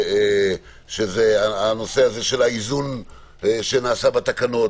האיזון שנעשה בתקנות,